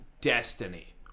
destiny